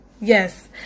yes